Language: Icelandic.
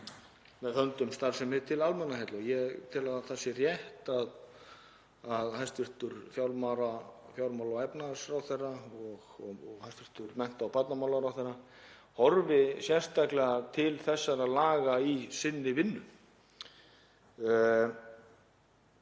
með höndum starfsemi til almannaheilla. Ég tel að það sé rétt að hæstv. fjármála- og efnahagsráðherra og hæstv. mennta- og barnamálaráðherra horfi sérstaklega til þessara laga í sinni vinnu.